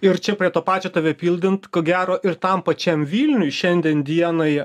ir čia prie to pačio tave pildant ko gero ir tam pačiam vilniui šiandien dienai